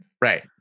Right